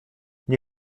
nie